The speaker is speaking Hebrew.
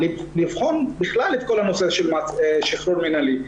לבחון בכלל את כל הנושא של שחרור מינהלי.